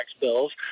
bills